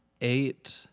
eight